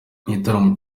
igitaramo